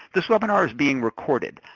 this webinar is being recorded.